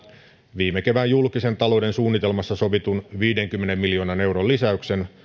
viime kevään julkisen talouden suunnitelmassa sovitun viidenkymmenen miljoonan euron lisäyksen